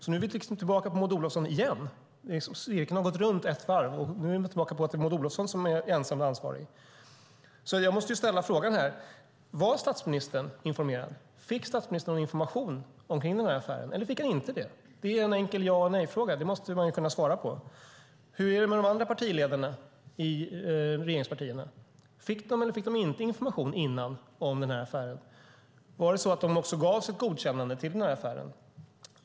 Nu är vi alltså tillbaka hos Maud Olofsson igen. Man har gått runt cirkeln ett varv, och nu är man tillbaka på att det är Maud Olofsson som är ensam ansvarig. Jag måste ställa frågan: Var statsministern informerad? Fick statsministern någon information omkring den här affären, eller fick han inte det? Det är en enkel ja eller nej-fråga, och den måste man kunna svara på. Hur är det med de andra partiledarna i regeringspartierna? Fick de eller fick de inte information om den här affären innan? Var det så att de också gav sitt godkännande till den här affären?